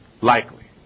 likely